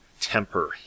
temper